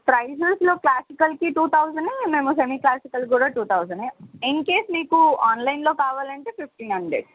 ప్రైజెస్లో క్లాసికల్కి టూ థౌజనే మేము సెమీ క్లాసికల్కి కూడా టూ థౌజనే ఇన్కేస్ మీకు ఆన్లైన్లో కావాలంటే ఫిఫ్టీన్ హండ్రెడ్